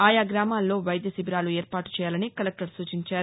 ఆయా గ్రామాల్లో వైద్య శిబీరాలను ఏర్పాటు చేయాలని కలెక్టర్ సూచించారు